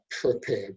prepared